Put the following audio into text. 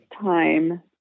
time